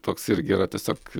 toks irgi yra tiesiog